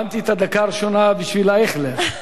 הבנתי את הדקה הראשונה בשביל אייכלר,